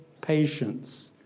patience